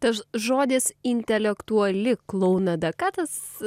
tas žodis intelektuali klounada ką tas